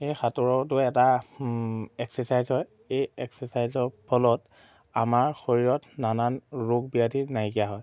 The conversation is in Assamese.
সেই সাঁতোৰতো এটা এক্সেচাইজ হয় এই এক্সেচাইজৰ ফলত আমাৰ শৰীৰত নানান ৰোগ ব্যাধি নাইকিয়া হয়